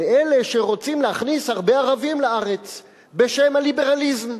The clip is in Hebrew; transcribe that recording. אלה שרוצים להכניס הרבה ערבים לארץ בשם הליברליזם,